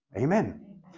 Amen